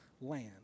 land